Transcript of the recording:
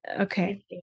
Okay